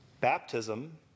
baptism